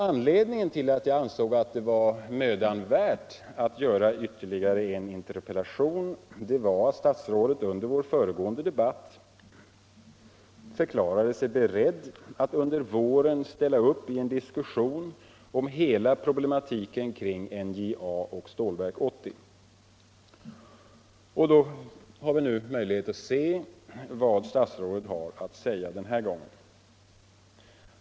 Anledningen till att jag ansåg det mödan värt att framställa ytterligare en interpellation var att statsrådet under vår förra debatt förklarade sig beredd att under våren ställa upp i en diskussion om hela problematiken kring NJA och Stålverk 80. Nu har vi möjlighet att se vad statsrådet har att säga denna gång.